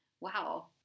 Wow